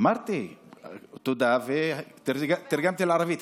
אמרתי תודה ותרגמתי לערבית.